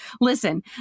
Listen